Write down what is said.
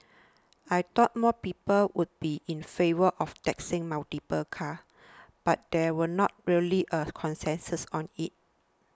I thought more people would be in favour of taxing multiple cars but there were not really a consensus on it